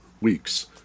weeks